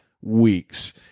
Weeks